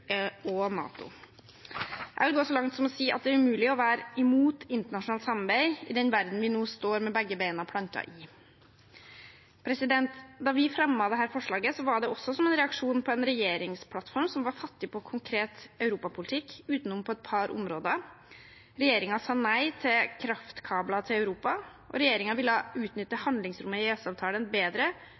og NATO. Jeg vil gå så langt som å si at det er umulig å være imot internasjonalt samarbeid i den verden vi nå står med begge beina plantet i. Da vi fremmet dette forslaget, var det også som en reaksjon på en regjeringsplattform som var fattig på konkret europapolitikk – bortsett fra på et par områder: Regjeringen sa nei til kraftkabler til Europa, regjeringen ville utnytte handlingsrommet i EØS-avtalen bedre,